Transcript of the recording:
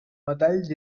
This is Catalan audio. metalls